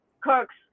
cooks